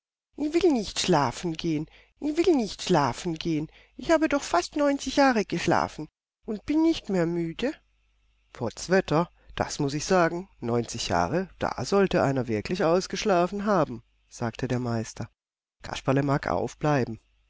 ich will nicht schlafen gehen ich will nicht schlafen gehen ich habe doch fast neunzig jahre geschlafen und bin nicht mehr müde potzwetter das muß ich sagen neunzig jahre da sollte einer wirklich ausgeschlafen haben sagte der meister kasperle mag aufbleiben